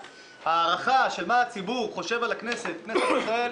ההערכה של מה הציבור חושב על כנסת ישראל,